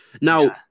Now